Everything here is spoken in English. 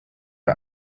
are